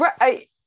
Right